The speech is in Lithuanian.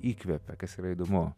įkvepia kas yra įdomu